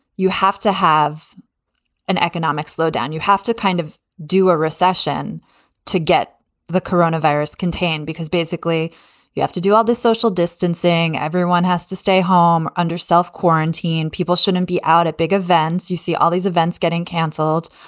you have to have an economic slowdown. you have to kind of do a recession to get the coronavirus contained, because basically you have to do all this social distancing. everyone has to stay home under self-quarantine. people shouldn't be out at big events. you see all these events getting canceled,